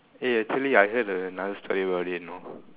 eh actually I heard another story about it you know